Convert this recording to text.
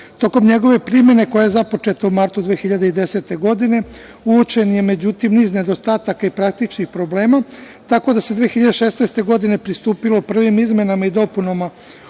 Tokom njegove primene koja je započeta u martu 2010. godine, uočen je međutim niz nedostataka i praktičnih problema, tako da se 2016. godine pristupilo prvim izmenama i dopunama ovog